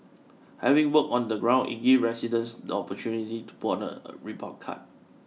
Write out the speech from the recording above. having worked on the ground it gives residents the opportunity to put out a report card